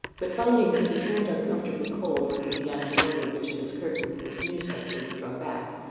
but finding that he turned uncomfortably cold when he began to wonder which of his curtains this new spectre would draw back,